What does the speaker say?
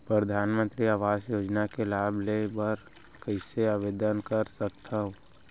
परधानमंतरी आवास योजना के लाभ ले बर कइसे आवेदन कर सकथव?